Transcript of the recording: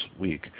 week